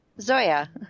Zoya